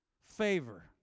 favor